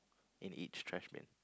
in each trashbin